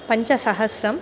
पञ्चसहस्रम्